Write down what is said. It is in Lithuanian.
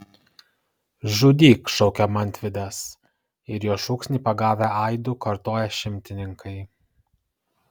žudyk šaukia mantvydas ir jo šūksnį pagavę aidu kartoja šimtininkai